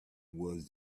was